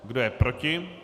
Kdo je proti?